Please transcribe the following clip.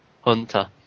hunter